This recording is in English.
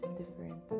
different